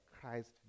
Christ